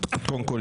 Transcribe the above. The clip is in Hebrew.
קודם כול,